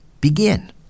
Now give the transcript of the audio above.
begin